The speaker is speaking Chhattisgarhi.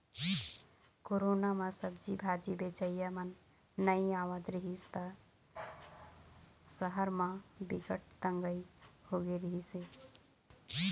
कोरोना म सब्जी भाजी बेचइया मन नइ आवत रिहिस ह त सहर म बिकट तंगई होगे रिहिस हे